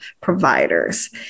providers